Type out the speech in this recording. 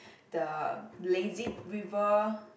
the lazy river